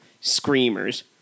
Screamers